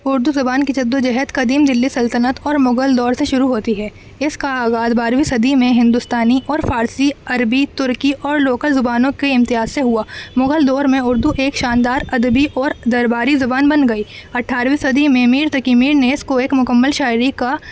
اردو زبان کی جد و جہد قدیم دلی سلطنت اور مغل دور سے شروع ہوتی ہے اس کا آغاز بارہویں صدی میں ہندوستانی اور فارسی عربی ترکی اور لوکل زبانوں کے امتیاز سے ہوا مغل دور میں اردو ایک شاندار ادبی اور درباری زبان بن گئی اٹھارہویں صدی میں میر تک میر نے اس کو ایک مکمل شاعری کا